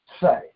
say